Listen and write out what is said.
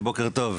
בוקר טוב,